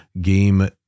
game